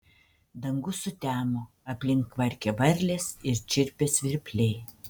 dangus sutemo aplink kvarkė varlės ir čirpė svirpliai